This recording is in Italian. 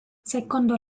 secondo